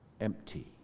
empty